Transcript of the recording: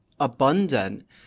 abundant